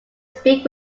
speak